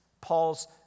Paul's